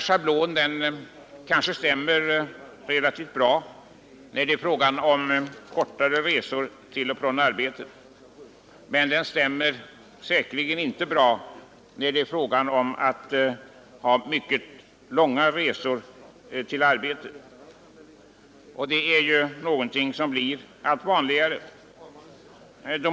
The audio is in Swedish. Schablonen stämmer kanske relativt bra när det gäller kortare resor till och från arbetet, men den stämmer säkerligen inte lika bra för dem som har långa resor till arbetet, vilket ju blir allt vanligare.